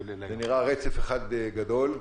זה נראה רצף אחד גדול.